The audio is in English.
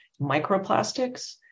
microplastics